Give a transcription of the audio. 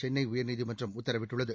சென்னை உயர்நீதிமன்றம் உத்தரவிட்டுள்ளது